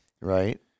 Right